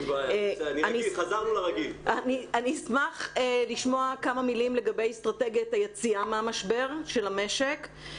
אני אשמח לשמוע כמה מלים לגבי אסטרטגיית היציאה מהמשבר של המשק.